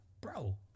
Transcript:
Bro